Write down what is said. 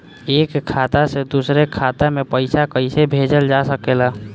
एक खाता से दूसरे खाता मे पइसा कईसे भेजल जा सकेला?